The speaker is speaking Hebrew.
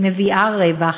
היא מביאה רווח,